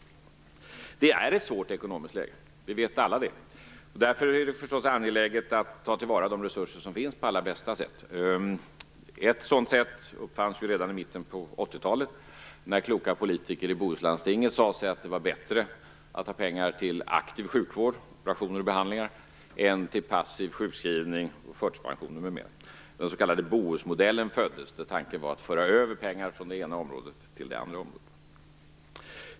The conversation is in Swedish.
Vi befinner oss i ett svårt ekonomiskt läge, det vet vi alla. Därför är det naturligtvis angeläget att ta till vara de resurser som finns på allra bästa sätt. Ett sådant sätt uppfanns ju redan i mitten på 80-talet, då kloka politiker i Bohuslandstinget sade att det var bättre att ta pengar till aktiv sjukvård, operationer och behandlingar, än till passiv sjukskrivning, förtidspensioner m.m. Den s.k. Bohusmodellen föddes, där tanken var att pengar skulle föras över från ett område till ett annat.